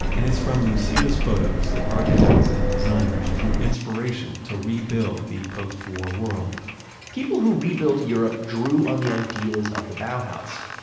and it's from lucia's photos that architects and designers drew inspiration to rebuild the postwar world people who rebuilt europe drew on the ideas of the bauhaus.